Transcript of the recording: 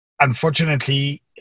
unfortunately